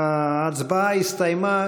ההצבעה הסתיימה.